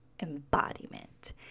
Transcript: embodiment